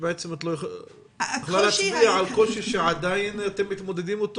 אתם עדיין מתמודדים?